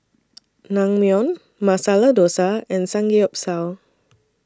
Naengmyeon Masala Dosa and Samgyeopsal